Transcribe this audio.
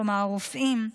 כלומר הרופאים,